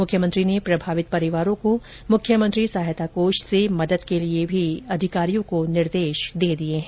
मुख्यमंत्री ने प्रभावित परिवारों को मुख्यमंत्री सहायता कोष से मदद के लिए भी अधिकारियों को निर्देश दे दिए हैं